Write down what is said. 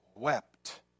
wept